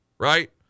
Right